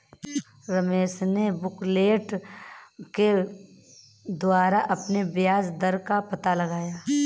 रमेश ने बुकलेट के द्वारा अपने ब्याज दर का पता लगाया